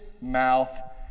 mouth